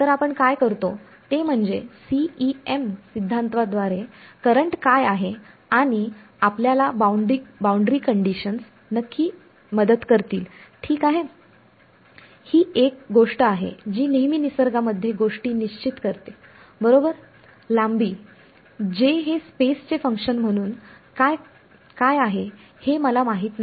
तर आपण काय करतो ते म्हणजे CEM सिद्धांताद्वारे करंट काय आहे आणि आपल्याला बाउंड्री कंडिशन नक्की मदत करतील ठीक आहेत ही एक गोष्ट आहे जी नेहमी निसर्गामध्ये गोष्टी निश्चित करते बरोबर लांबी J हे स्पेस चे फंक्शन म्हणून काय आहे हे मला माहित नाही